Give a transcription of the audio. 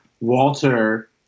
Walter